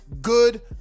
good